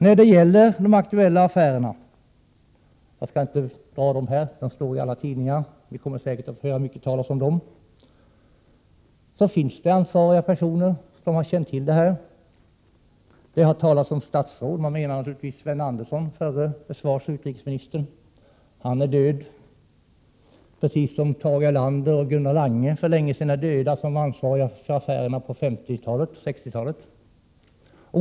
När det gäller de aktuella affärerna — jag skall inte dra dem här, de står i alla tidningar och vi kommer säkert att få höra mycket talas om dem — finns det ansvariga personer som har känt till dem. Det har talats om statsråd; man menar naturligtvis förre försvarsoch utrikesministern Sven Andersson. Han är död — precis som Tage Erlander och Gunnar Lange, som var ansvariga för affärerna på 50 och 60-talen, för länge sedan är döda.